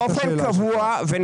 באופן קבוע.